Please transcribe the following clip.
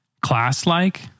class-like